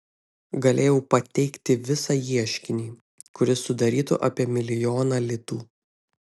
galėjau pateikti visą ieškinį kuris sudarytų apie milijoną litų